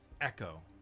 echo